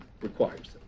requires